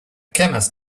chemist